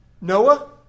Noah